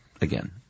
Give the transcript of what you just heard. again